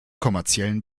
kommerziellen